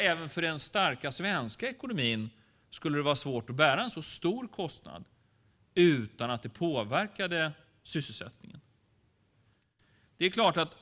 Även för den starka svenska ekonomin skulle det vara svårt att bära en så stor kostnad utan att det påverkade sysselsättningen.